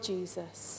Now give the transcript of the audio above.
Jesus